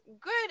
good